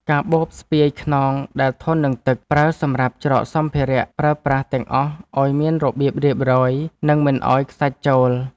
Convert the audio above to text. កាបូបស្ពាយខ្នងដែលធន់នឹងទឹក ប្រើសម្រាប់ច្រកសម្ភារៈប្រើប្រាស់ទាំងអស់ឱ្យមានរបៀបរៀបរយ និងមិនឱ្យខ្សាច់ចូល។